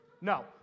No